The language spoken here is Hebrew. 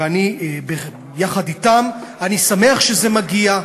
ואני יחד אתם, אני שמח שזה מגיע.